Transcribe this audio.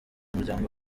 muryango